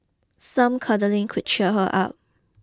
some cuddling could cheer her up